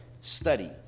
study